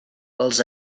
els